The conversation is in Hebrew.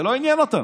זה לא עניין אותם,